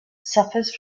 suffers